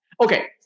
Okay